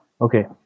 Okay